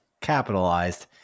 capitalized